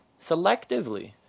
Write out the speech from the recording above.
selectively